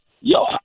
yo